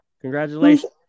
congratulations